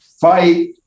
fight